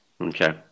Okay